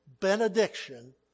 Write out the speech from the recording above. benediction